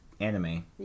anime